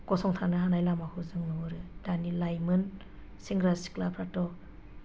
गसंथानो हानाय लामाखौ जों नुहुरो दानि लाइमोन सेंग्रा सिख्लाफ्राथ'